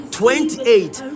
twenty-eight